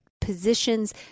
positions